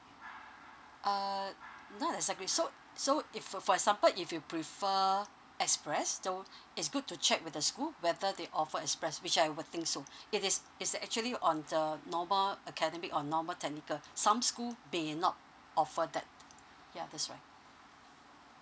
uh not exactly so so if uh for example if you prefer express so it's good to check with the school whether they offer express which I will think so it is it's actually on the normal academic or normal technical some school may not offer that yeah that's right